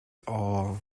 all